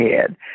head